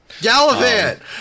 Gallivant